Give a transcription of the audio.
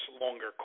longer